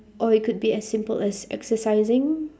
or it could be as simple as exercising